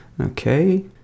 Okay